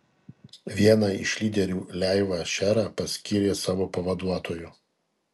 vieną iš lyderių leivą šerą paskyrė savo pavaduotoju